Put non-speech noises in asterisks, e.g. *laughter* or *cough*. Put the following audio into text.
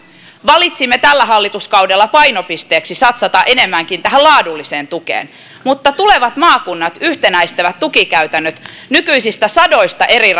valitsimme tällä hallituskaudella painopisteeksi satsaamisen enemmänkin tähän laadulliseen tukeen mutta tulevat maakunnat yhtenäistävät tukikäytännöt nykyisistä sadoista eri *unintelligible*